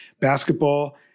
Basketball